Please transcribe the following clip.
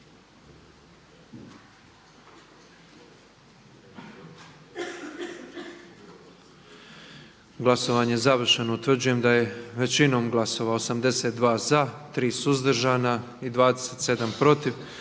Glasovanje je završeno. Utvrđujem da je većinom glasova 121 za, 5 suzdržani i s jednim